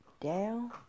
down